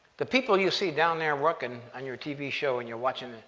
the people you see down there working, and your tv show when you're watching,